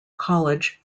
college